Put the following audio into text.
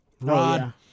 Rod